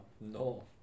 no